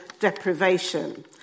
deprivation